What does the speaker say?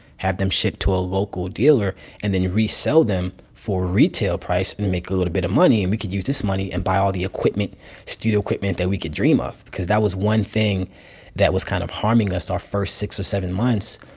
have them shipped to a local dealer and then resell them for retail price and make a little bit of money. and we could use this money and buy all the equipment studio equipment that we could dream of because that was one thing that was kind of harming us our first six or seven months.